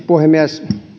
puhemies